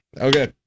Okay